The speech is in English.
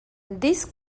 this